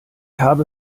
habe